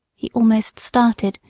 he almost started,